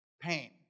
pain